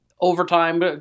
Overtime